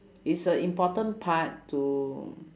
is a important part to